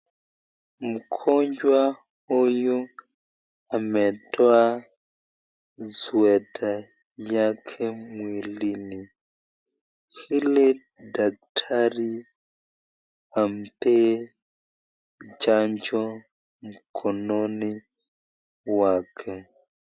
Mgonjwa huyu ametoa sweta yake mwilini ili daktari ampe chanjo mkononi wake.